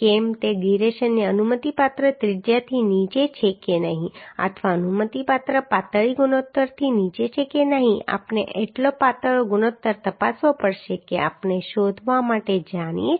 કેમ તે ગીરેશનની અનુમતિપાત્ર ત્રિજ્યાથી નીચે છે કે નહીં અથવા અનુમતિપાત્ર પાતળી ગુણોત્તરથી નીચે છે કે નહીં કે આપણે એટલો પાતળો ગુણોત્તર તપાસવો પડશે કે આપણે શોધવા માટે જાણીએ છીએ